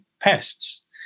pests